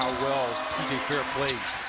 well c j. fair plays.